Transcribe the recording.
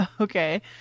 Okay